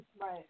Right